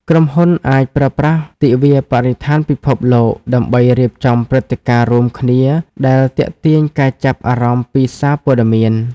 ក្រុមហ៊ុនអាចប្រើប្រាស់ទិវាបរិស្ថានពិភពលោក ដើម្បីរៀបចំព្រឹត្តិការណ៍រួមគ្នាដែលទាក់ទាញការចាប់អារម្មណ៍ពីសារព័ត៌មាន។